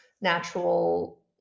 natural